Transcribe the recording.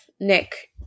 Nick